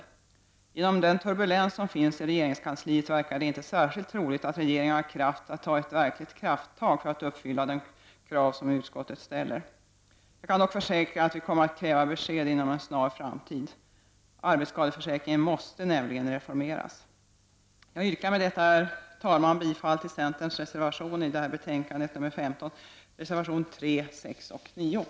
Genom den turbulens som finns i regeringskansliet verkar det inte särskilt troligt att regeringen har kraft att ta ett verkligt krafttag för att uppfylla de krav vi från utskottet ställer. Jag kan dock försäkra att vi kommer att kräva besked inom en snar framtid. Arbetsskadeförsäkringen måste nämligen reformeras. Jag yrkar med detta, herr talman, bifall till centerns reservationer 3, 6 och 9 i detta betänkande.